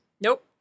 nope